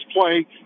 play